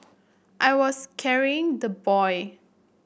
I was carrying the boy